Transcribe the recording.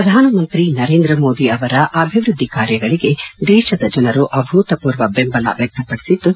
ಪ್ರಧಾನ ಮಂತ್ರಿ ನರೇಂದ್ರ ಮೋದಿ ಅವರ ಅಭಿವೃದ್ದಿ ಕಾರ್ಯಗಳಿಗೆ ದೇಶದ ಜನರು ಅಭೂತಪೂರ್ವ ದೆಂಬಲ ವ್ವಕ್ತಪಡಿಸಿದ್ದು